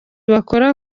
bakora